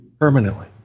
Permanently